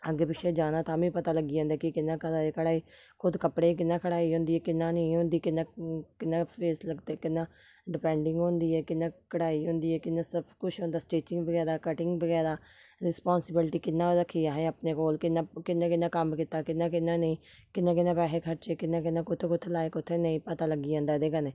अग्गें पिच्छें जाना ताह्म्मीं पता लग्गी जंदा कि कि'यां करा दे कढाई खुद कपड़े गी कि'यां कढाई होंदी ऐ कि'यां नेईं होंदी कि'यां कि'यां फेस लगदे कि'यां डिपैंडिंग होंदी ऐ कि'यां कढाई होंदी ऐ कि'यां सब कुछ होंदा स्टिचिंग बगैरा कटिंग बगैरा रिस्पांसिबिल्टी कि'यां रक्खी दी असें अपने कोल कि'यां कि'यां कि'यां कम्म कीता कि'यां कि'यां नेईं किन्नै किन्नै पैसे खर्चे किन्ने किन्ने कु'त्थै कु'त्थै लाए कु'त्थै नेईं पता लग्गी जंदा एह्दे कन्नै